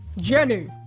Jenny